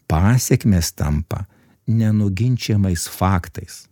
pasekmės tampa nenuginčijamais faktais